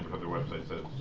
the website says,